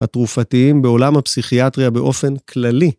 התרופתיים בעולם הפסיכיאטריה באופן כללי.